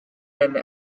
and